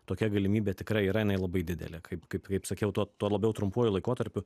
tokia galimybė tikrai yra jinai labai didelė kaip kaip kaip sakiau tuo tuo labiau trumpuoju laikotarpiu